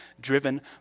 driven